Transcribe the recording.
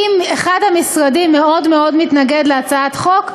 אם אחד המשרדים מאוד מאוד מתנגד להצעת חוק,